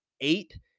eight